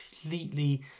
completely